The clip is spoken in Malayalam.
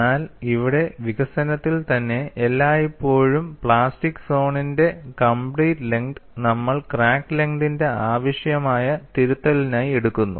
എന്നാൽ ഇവിടെ വികസനത്തിൽ തന്നെ എല്ലായ്പ്പോഴും പ്ലാസ്റ്റിക് സോണിന്റെ കംപ്ലീറ്റ് ലെങ്ത് നമ്മൾ ക്രാക്ക് ലെങ്തിന്റെ ആവശ്യമായ തിരുത്തലിനായി എടുക്കുന്നു